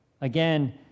Again